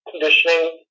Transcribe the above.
conditioning